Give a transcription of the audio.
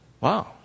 wow